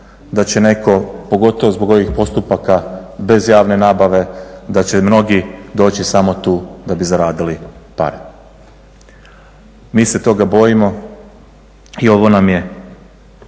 da će netko pogotovo zbog ovih postupaka bez javne nabave, da će mnogi doći samo tu da bi zaradili pare. Mi se toga bojimo i ovo nam je